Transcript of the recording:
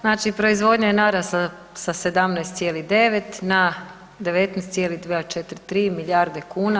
Znači proizvodnja je narasla sa 17,9 na 19,243 milijarde kuna.